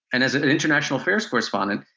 and as an international affairs correspondent,